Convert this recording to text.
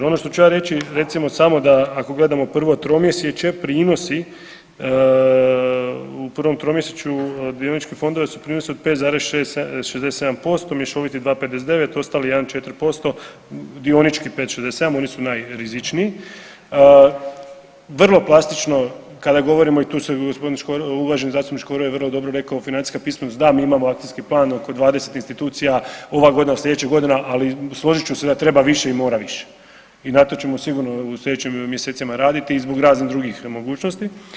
Ono što ću ja reći recimo samo ako gledamo prvo tromjesečje prinosi u prvom tromjesečju dionički fondovi su prinosi od 5,67%, mješoviti 2,59, ostali 1,4% dionički 5,67 oni su najrizičniji, vrlo plastično kada govorimo i tu je uvaženi g. Škoro je vrlo dobro rekao financijska pismenost, da mi imamo akcijski plan oko 20 institucija ova godina, sljedeća godina ali složit ću se da treba više i mora više i na to ćemo sigurno u sljedećim mjesecima raditi i zbog raznih drugih mogućnosti.